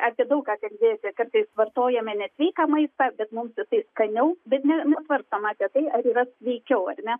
apie daug ką kalbėti kartais vartojame nesveiką maistą bet mums tai skaniau bet ne nesvarstom apie tai ar yra sveikiau ar ne